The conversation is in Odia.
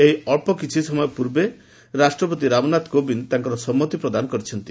ଏହି ଅକ୍ଷ କିଛି ସମୟ ପୂର୍ବେ ରାଷ୍ଟ୍ରପତି ରାମନାଥ କୋବିନ୍ଦ ତାଙ୍କର ସମ୍ମତି ପ୍ରଦାନ କରିଛନ୍ତି